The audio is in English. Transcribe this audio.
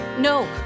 No